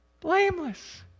blameless